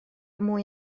mwy